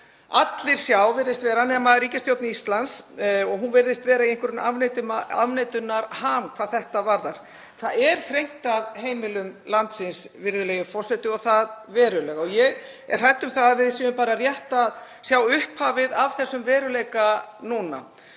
allir sjá, virðist vera, nema ríkisstjórn Íslands og hún virðist vera í einhverjum afneitunarham hvað þetta varðar. Það er þrengt að heimilum landsins, virðulegi forseti, og það verulega. Ég er hrædd um að við séum bara rétt að sjá upphafið að þessum veruleika núna.